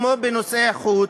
כמו בנושאי חוץ,